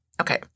Okay